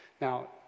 Now